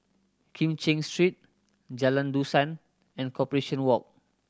Kim Cheng Street Jalan Dusan and Corporation Walk